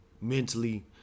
mentally